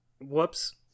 Whoops